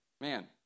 man